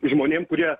žmonėm kurie